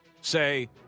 say